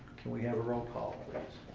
can we have a role call, please.